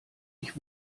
ich